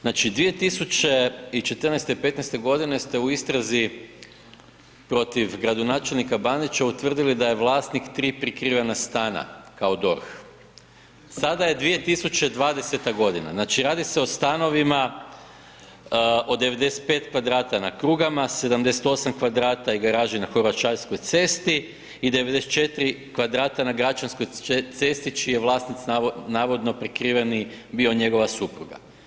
Znači 2014. i '15. godine ste u istrazi protiv gradonačelnika Bandića utvrdili da je vlasnik 2 prikrivena stana kao DORH, sada je 2020. godina, znači radi se o stanovima od 95 kvadrata na Krugama, 78 kvadrata i garaži na Horvaćanskoj cesti i 94 kvadrata na Gračanskoj cesti čiji je vlasnik navodno prikriveni bio njegova supruga.